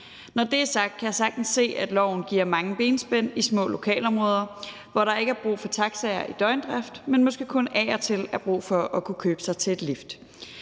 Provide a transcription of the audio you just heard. Når det er sagt, kan jeg sagtens se, at loven skaber mange benspænd i små lokalområder, hvor der ikke er brug for taxaer i døgndrift, men man måske af og til har brug for at kunne købe sig til et lift.